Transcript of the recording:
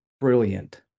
brilliant